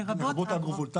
לרבות אגרו-וולטאי.